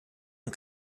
und